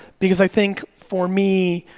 because i think, for me,